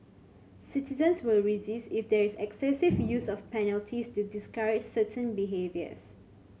citizens will resist if there is excessive use of penalties to discourage certain behaviours